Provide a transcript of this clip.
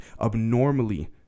abnormally